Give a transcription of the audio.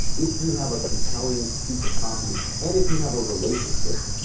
if you have a compelling piece of copy and if you have a relationship,